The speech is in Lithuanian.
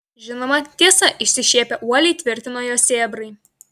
žinoma tiesa išsišiepę uoliai tvirtino jo sėbrai